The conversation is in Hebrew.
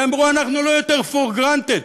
והם אמרו: אנחנו לא for granted יותר.